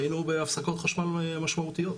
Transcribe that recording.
היינו בהפסקות חשמל משמעותיות.